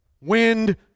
wind